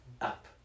up